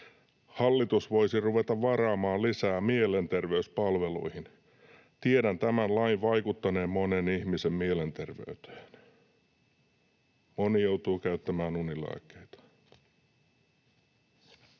”Hallitus voisi ruveta varaamaan lisää mielenterveyspalveluihin. Tiedän tämän lain vaikuttaneen monen ihmisen mielenterveyteen. Moni joutuu käyttämään unilääkkeitä.”